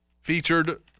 Featured